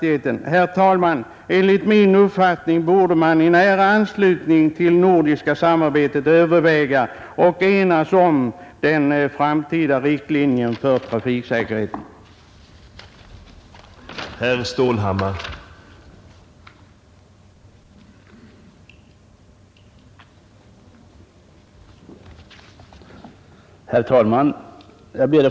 Herr talman! Enligt min uppfattning borde man i nära anslutning till det nordiska samarbetet överväga och enas om den framtida riktlinjen för trafiksäkerheten här.